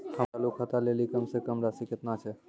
हमरो चालू खाता लेली कम से कम राशि केतना छै?